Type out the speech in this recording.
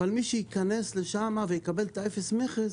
אבל מי שייכנס לשם ויקבל אפס מכס,